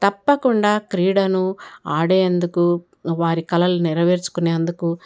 తప్పకుండా క్రీడను ఆడే అందుకు వారి కళలు నెరవేర్చుకునేందుకు